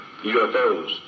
UFOs